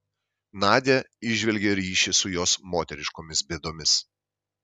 nadia įžvelgė ryšį su jos moteriškomis bėdomis